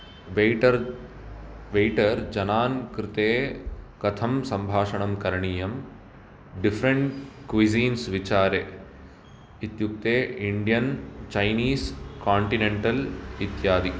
waiter waiter जनान् कृते कथं सम्भाषणं करणीयं डिफ़्फ़ेरेण्ट् क्यूसिन्स् विचारे इत्युक्ते इण्डियन् चैनीस् काण्टिनेन्टल् इत्यादि